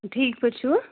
ٹھیٖک پٲٹھۍ چھِوٕ